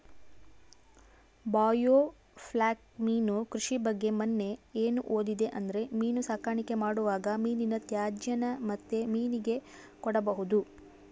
biofloc ಮೀನು ಕೃಷಿ ಬಗ್ಗೆ ಮನ್ನೆ ಏನು ಓದಿದೆ ಅಂದ್ರೆ ಮೀನು ಸಾಕಾಣಿಕೆ ಮಾಡುವಾಗ ಮೀನಿನ ತ್ಯಾಜ್ಯನ ಮತ್ತೆ ಮೀನಿಗೆ ಕೊಡಬಹುದು